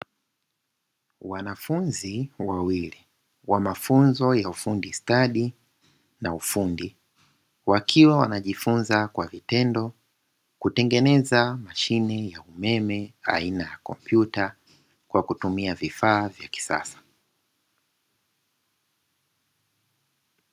Wanafunzi wawili wa mafunzo ya ufundi stadi na ufundi, wakiwa wanajifunza kwa vitendo kutengeneza mashine ya umeme aina ya kompyuta kwa kutumia vifaa vya kisasa.